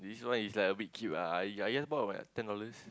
this one is like a bit cute ah I I just bought what ten dollars